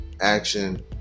action